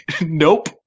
nope